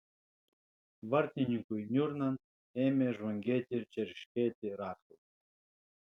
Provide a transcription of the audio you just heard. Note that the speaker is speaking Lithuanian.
vartininkui niurnant ėmė žvangėti ir čerškėti raktai